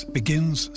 begins